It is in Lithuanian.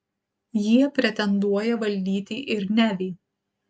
jie pretenduoja valdyti ir nevį